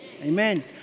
Amen